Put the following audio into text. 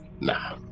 Nah